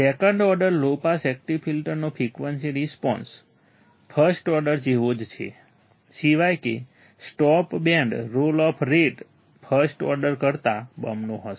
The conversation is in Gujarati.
second order low pass active ફિલ્ટરનો ફ્રિકવન્સી રિસ્પોન્સ ફર્સ્ટ ઓર્ડર જેવો જ છે સિવાય કે stop band roll off rate first order કરતાં બમણો હશે